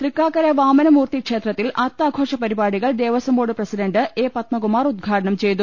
തൃക്കാക്കര വാമനമൂർത്തി ക്ഷേത്രത്തിൽ അത്താഘോഷ പരിപാടികൾ Devaswom board president A Padmakumar ഉദ്ഘാടനം ചെയ്തു